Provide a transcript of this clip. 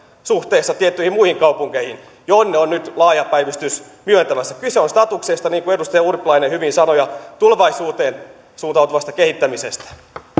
suhteessa tiettyihin muihin kaupunkeihin joihin ollaan nyt laaja päivystys myöntämässä kyse on statuksesta niin kuin edustaja urpilainen hyvin sanoi ja tulevaisuuteen suuntautuvasta kehittämisestä